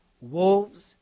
Wolves